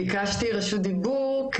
ביקשתי רשות דיבור,